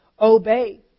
obey